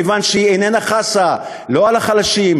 מכיוון שהיא אינה חסה לא על החלשים,